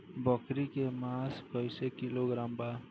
बकरी के मांस कईसे किलोग्राम बा?